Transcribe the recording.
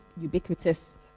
ubiquitous